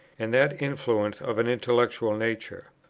and that influence of an intellectual nature.